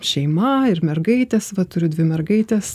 šeima ir mergaitės va turiu dvi mergaites